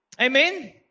Amen